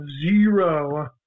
zero